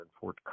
Fort